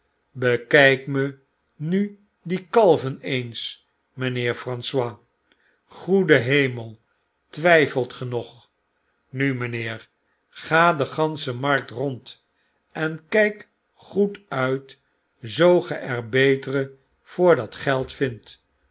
bekyk me nu die kalven eens mynheer francois goede hemel twyfelt ge nog nu mynheer ga de gansche markt rond en krjk goed uit zoo ge er betere voor dat geld vindt